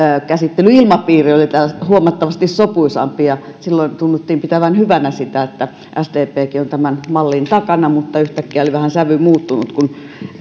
käsittelyilmapiiri oli huomattavasti sopuisampi ja silloin tunnuttiin pitävän hyvänä sitä että sdpkin on tämän mallin takana mutta yhtäkkiä oli vähän sävy muuttunut kun